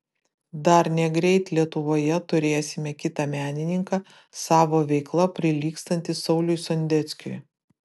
dar negreit lietuvoje turėsime kitą menininką savo veikla prilygstantį sauliui sondeckiui